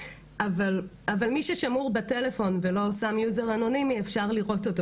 אבל מי ששמור בטלפון ולא שם יוזר אנונימי אפשר לראות אותו,